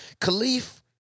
Khalif